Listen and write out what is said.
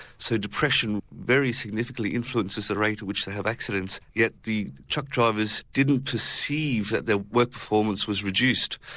so depression very significantly influences the rate at which they have accidents yet the truck drivers didn't perceive that their work performance was reduced.